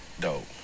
Dope